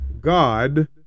God